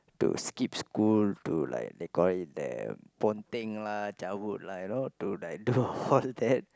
to skip school to like they called it the ponteng lah cabut lah you know to like do all that